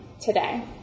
today